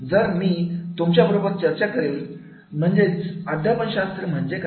जर मी तुमच्या बरोबर चर्चा करेल म्हणजेच अध्यापन शास्त्र म्हणजे काय